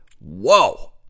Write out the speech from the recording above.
whoa